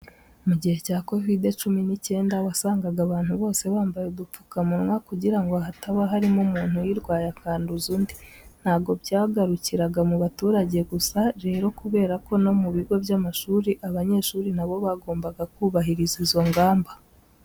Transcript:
Mu gihe cya Covid cumi n'icyenda wasangaga abantu bose bambaye udupfukamunwa kugira ngo hataba harimo umuntu uyirwaye akanduza undi. Ntabwo byagarukiraga mu baturage gusa rero kubera ko no mu bigo by'amashuri abanyeshuri na bo bagombaga kubahiriza izo ngamba.